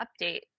update